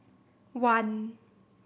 one